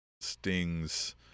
Sting's